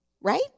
right